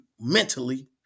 mentally